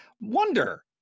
wonder